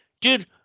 dude